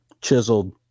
chiseled